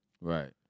right